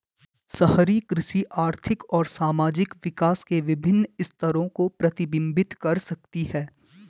शहरी कृषि आर्थिक और सामाजिक विकास के विभिन्न स्तरों को प्रतिबिंबित कर सकती है